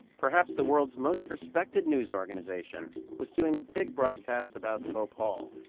perhaps the world's most respected news organization, was doing a big broadcast about bhopal,